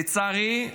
לצערי,